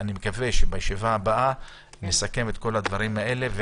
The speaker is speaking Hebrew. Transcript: אני מקווה שבישיבה הבאה נסכם את כל הדברים האלה.